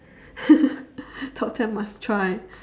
top ten must try